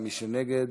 ומי שנגד,